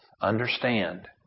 Understand